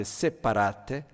separate